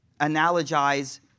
analogize